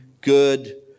good